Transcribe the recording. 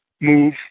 move